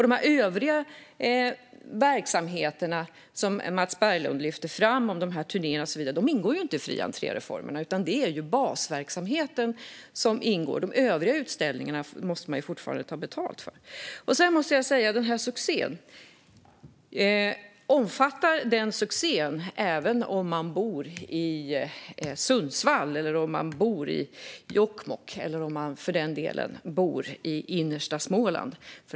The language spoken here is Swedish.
De övriga verksamheter som Mats Berglund lyfter fram, turnéerna och så vidare, ingår inte i fri entré-reformen. Det är basverksamheten som ingår; de övriga utställningarna måste man fortfarande ta betalt för. Jag undrar också om den här succén även omfattar dem som bor i Sundsvall, i Jokkmokk eller, för den delen, i innersta Småland.